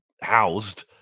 housed